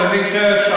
אני במקרה שאלתי.